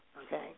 okay